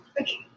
Okay